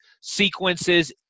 sequences